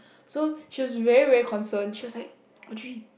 so she's very very concerned she's like Audrey